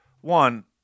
One